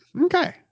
Okay